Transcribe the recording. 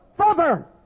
further